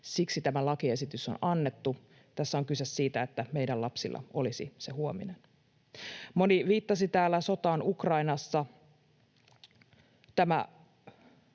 siksi tämä lakiesitys on annettu. Tässä on kyse siitä, että meidän lapsilla olisi se huominen. Moni viittasi täällä sotaan Ukrainassa. Tämä